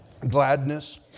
gladness